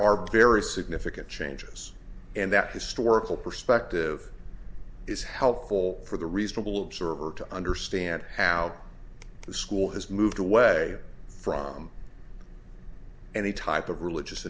are very significant changes and that historical perspective is helpful for the reasonable server to understand how the school has moved away from any type of religious